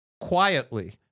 Quietly